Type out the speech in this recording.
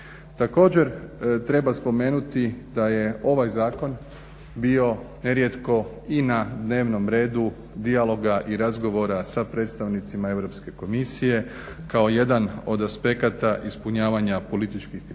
Također, treba spomenuti da je ovaj zakon bio nerijetko i na dnevnom redu dijaloga i razgovora sa predstavnicima Europske komisije kao jedan od aspekata ispunjavanja političkih kriterija.